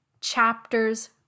Chapters